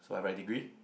so I write degree